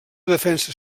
defensa